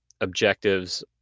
objectives